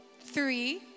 Three